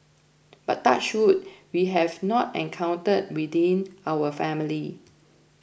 but touch wood we have not encountered within our family